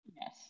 Yes